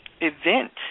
event